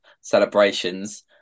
celebrations